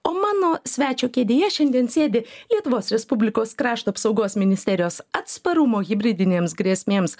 o mano svečio kėdėje šiandien sėdi lietuvos respublikos krašto apsaugos ministerijos atsparumo hibridinėms grėsmėms